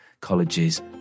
colleges